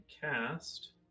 cast